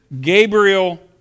Gabriel